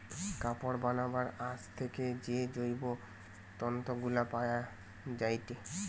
কাপড় বানাবার আঁশ থেকে যে জৈব তন্তু গুলা পায়া যায়টে